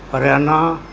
Haryana